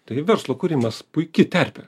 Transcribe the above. tai verslo kūrimas puiki terpė